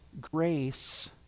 grace